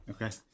Okay